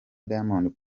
diamond